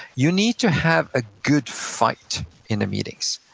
you need to have a good fight in the meetings.